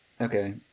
okay